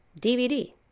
DVD